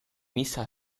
misa